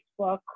Facebook